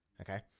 Okay